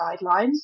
guidelines